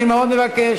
אני מאוד מבקש,